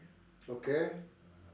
okay